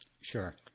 Sure